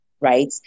right